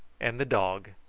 and the dog,